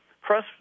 press